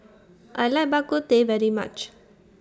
I like Bak Kut Teh very much